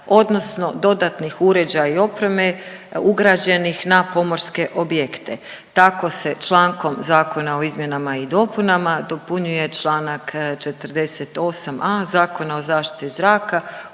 odnosno dodatnih uređaja i opreme ugrađenih na pomorske objekte. Tako se člankom zakona o izmjenama i dopunama dopunjuje čl. 48.a Zakona o zaštiti zraka